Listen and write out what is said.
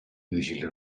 usually